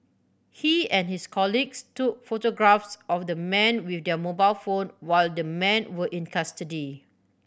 he and his colleagues took photographs of the men with their mobile phone while the men were in custody